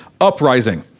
uprising